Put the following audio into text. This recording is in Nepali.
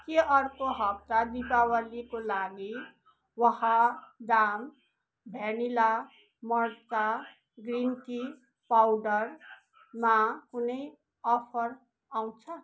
के अर्को हप्ता दीपावलीको लागि वाहदाम भ्यानिला मर्चा ग्रिन टी पाउडरमा कुनै अफर आउँछ